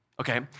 Okay